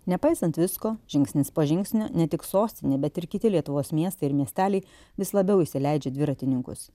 nepaisant visko žingsnis po žingsnio ne tik sostinė bet ir kiti lietuvos miestai ir miesteliai vis labiau įsileidžia dviratininkus